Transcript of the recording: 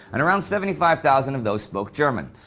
and around seventy five thousand of those spoke german.